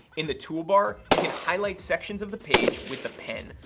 in the toolbar, you can highlight sections of the page with the pen,